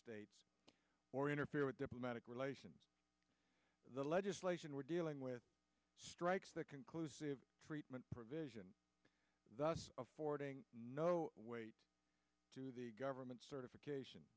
states or interfere with diplomatic relations the legislation we're dealing with strikes that conclusive treatment provision thus affording no weight to the government certification